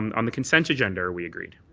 on the consent agenda are we agreed?